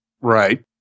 Right